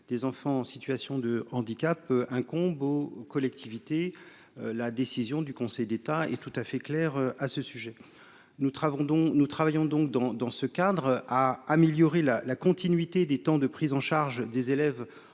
des enfants en situation de handicap incombe aux collectivités, la décision du Conseil d'État et tout à fait clair à ce sujet, nous travaux dont nous travaillons donc dans dans ce cadre, à améliorer la la continuité des temps de prise en charge des élèves